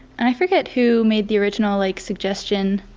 and i forget who made the original like suggestion,